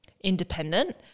independent